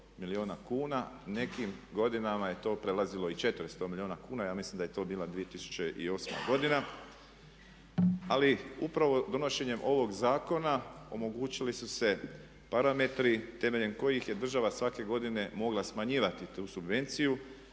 nekim godinama je to prelazilo i 400 milijuna kuna. Ja mislim da je to bila 2008.godina. Ali upravo donošenjem ovog zakona omogućili su se parametri temeljem kojih je država svake godine mogla smanjivati tu subvenciju.